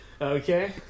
Okay